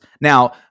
Now